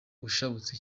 ushabutse